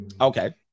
Okay